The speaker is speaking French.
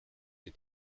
est